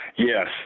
Yes